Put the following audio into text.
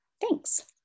Thanks